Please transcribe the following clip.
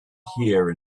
here